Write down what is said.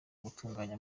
gutunganya